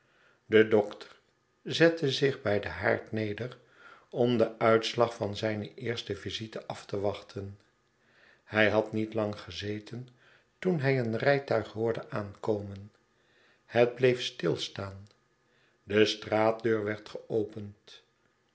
de dokter zette zich bij den haard neder om den uitslag van zijne eerste visite af te wachten hij had niet lang gezeten toen hij een rijtuig hoorde aankomen het bleef stilstaan de straatdeur werd geopend